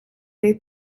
they